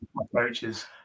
approaches